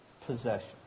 possession